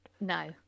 No